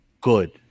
good